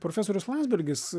profesorius landsbergis